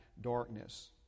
darkness